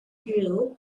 drew